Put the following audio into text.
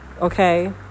Okay